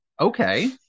Okay